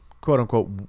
quote-unquote